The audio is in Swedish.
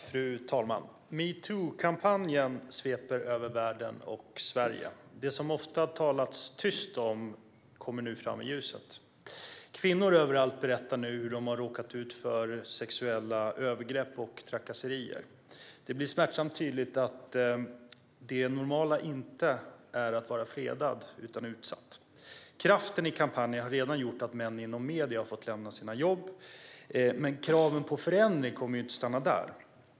Fru talman! Metoo-kampanjen sveper över världen och Sverige. Det som det ofta talats tyst om kommer nu fram i ljuset. Kvinnor överallt berättar nu om hur de har råkat ut för sexuella övergrepp och trakasserier. Det blir smärtsamt tydligt att det normala inte är att vara fredad utan utsatt. Kraften i kampanjen har redan lett till att män i mediebranschen har fått lämna sina jobb. Men kraven på förändring kommer inte att stanna där.